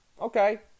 Okay